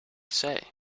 say